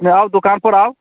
नहि आउ दोकान पर आउ